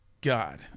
god